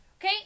Okay